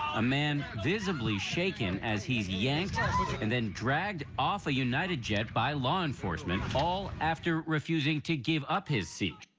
a man visibly shaken as he's yanked and then dragged of a united jet by law enforcement. all after refusing to give up his seat.